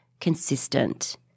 consistent